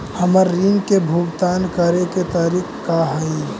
हमर ऋण के भुगतान करे के तारीख का हई?